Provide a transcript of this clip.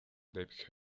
dave